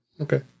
Okay